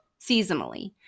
seasonally